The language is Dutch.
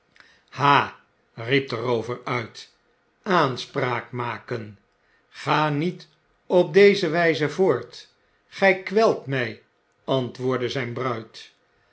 ha riep de roover uit aanspraak maken ga niet op deze wijzevoort gy kweltmy antwoordde zyn bruid